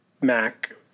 Mac